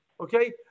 Okay